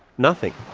nothing.